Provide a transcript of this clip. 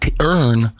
earn